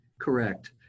Correct